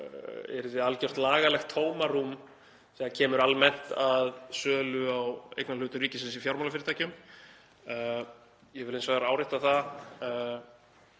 yrði algjört lagalegt tómarúm þegar kemur almennt að sölu á eignarhlutum ríkisins í fjármálafyrirtækjum. Ég vil hins vegar árétta það